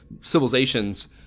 civilizations